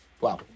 Wow